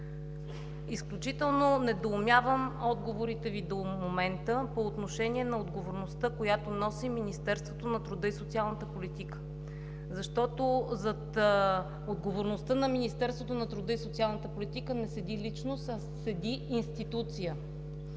Изключително недоумявам отговорите Ви до момента по отношение на отговорността, която носи Министерството на труда и социалната политика, защото зад отговорността на Министерството не седи личност, а институция.